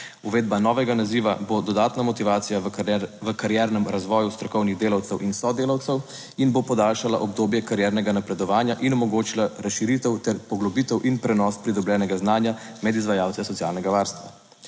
Uvedba novega naziva bo dodatna motivacija v kariernem razvoju strokovnih delavcev in sodelavcev in bo podaljšala obdobje kariernega napredovanja in omogočila razširitev ter poglobitev in prenos pridobljenega znanja med izvajalce socialnega varstva.